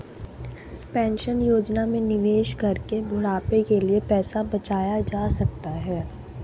pension योजना में निवेश करके बुढ़ापे के लिए पैसा बचाया जा सकता है